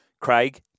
Craig